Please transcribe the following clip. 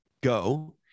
go